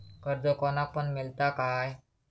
कर्ज कोणाक पण मेलता काय?